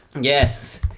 Yes